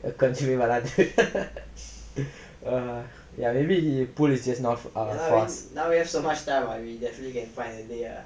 கடசி வர விளாடு:kadasi vara vilaadu ya may be pool is just not fast